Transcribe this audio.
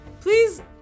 please